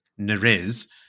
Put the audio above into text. Nerez